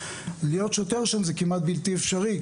להיות שוטר שם זה כמעט בלתי אפשרי,